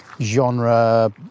genre